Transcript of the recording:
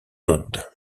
monde